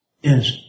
Yes